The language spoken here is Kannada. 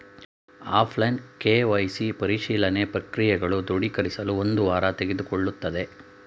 ಆಫ್ಲೈನ್ ಕೆ.ವೈ.ಸಿ ಪರಿಶೀಲನೆ ಪ್ರಕ್ರಿಯೆಗಳು ದೃಢೀಕರಿಸಲು ಒಂದು ವಾರ ತೆಗೆದುಕೊಳ್ಳುತ್ತದೆ